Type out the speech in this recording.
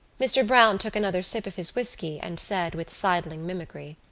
mr. browne took another sip of his whisky and said, with sidling mimicry